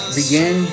begin